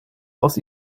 aus